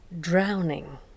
drowning